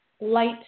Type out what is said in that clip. light